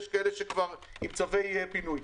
ויש כאלה שכבר עם צווי פינוי.